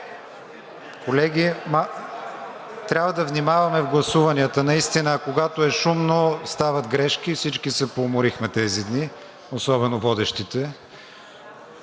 Колеги, трябва да внимаваме в гласуванията. Когато е шумно, стават грешки. Всички се поуморихме тези дни, особено водещите.